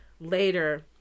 later